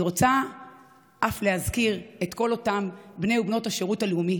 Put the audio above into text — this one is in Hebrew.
אני רוצה אף להזכיר את כל אותם בני ובנות השירות הלאומי